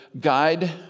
guide